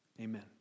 Amen